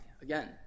again